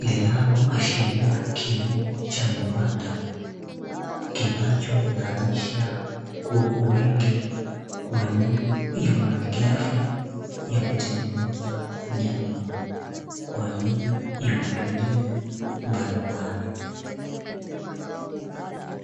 linaloashiria kilimo cha viwanda kinachozalisha kuku wengi kwa ajili ya malighafi ya kutengeneza nyama kwa ajili ya matumizi mbalimbali.